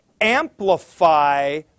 amplify